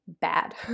bad